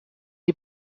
die